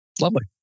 lovely